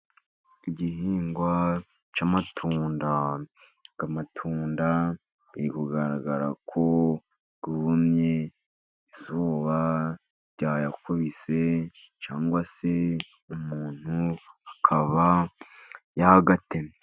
Igihingwa cy'amatunda, aya matunda ari kugaragara ko yumye, izuba ryayakubise, cyangwa se umuntu akaba yayatemye.